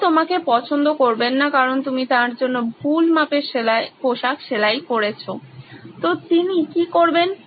তিনি তোমাকে পছন্দ করবেন না কারণ তুমি তাঁর জন্য ভুল মাপের পোশাক সেলাই করেছো তো তিনি কি করবেন